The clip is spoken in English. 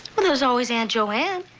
well, there's always aunt joanne.